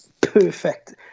perfect